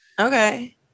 okay